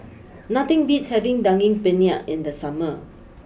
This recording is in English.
nothing beats having Daging Penyet in the summer